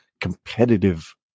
competitive